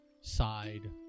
side